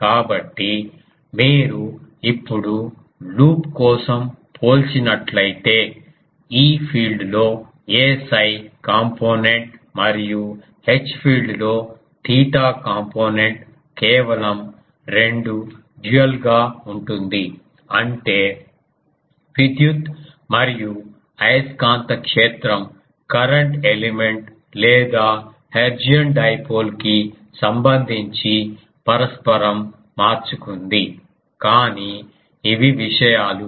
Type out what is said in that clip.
కాబట్టి మీరు ఇప్పుడు లూప్ కోసం పోల్చినట్లయితే E ఫీల్డ్లో aφ కాంపోనెంట్ మరియు H ఫీల్డ్లో θ కాంపోనెంట్ కేవలం రెండు డ్యూయల్ గా ఉంటుంది అంటే విద్యుత్ మరియు అయస్కాంత క్షేత్రం కరెంట్ ఎలిమెంట్ లేదా హెర్ట్జియన్ డైపోల్ కి సంబంధించి పరస్పరం మార్చుకుంది కానీ ఇవి విషయాలు